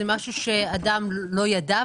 זה משהו שאדם לא ידע,